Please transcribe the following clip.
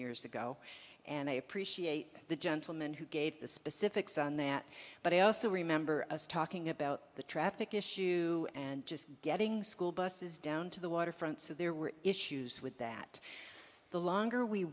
years ago and i appreciate the gentleman who gave the specifics on that but i also remember us talking about the traffic issue and just getting school buses down to the waterfront so there were issues with that the longer we